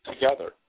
together